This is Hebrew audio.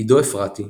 עידו אפרתי,